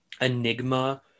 enigma